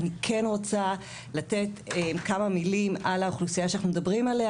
אני כן רוצה לתת כמה מילים על האוכלוסייה שאנחנו מדברים עליה,